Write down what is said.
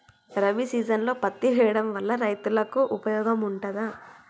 రబీ సీజన్లో పత్తి వేయడం వల్ల రైతులకు ఉపయోగం ఉంటదా?